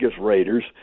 Raiders